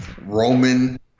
Roman